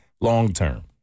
long-term